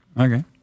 Okay